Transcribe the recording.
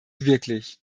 wirklich